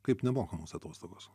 kaip nemokamos atostogos